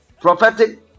prophetic